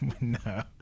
No